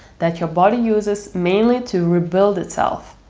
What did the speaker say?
that your body uses mainly to rebuild itself.